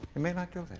he may not go